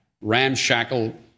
ramshackle